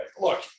look